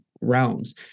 realms